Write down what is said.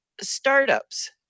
startups